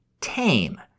tame